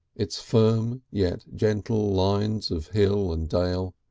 its firm yet gentle lines of hill and dale,